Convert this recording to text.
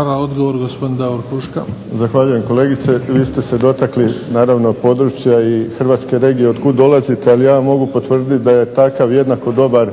Hvala. Odgovor gospodin Davor Huška. **Huška, Davor (HDZ)** Zahvaljujem kolegice. Vi ste se dotakli naravno područja i hrvatske regije od kud dolazite ali ja vam mogu potvrditi da je takav jednako dobar